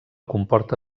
comporta